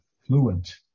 fluent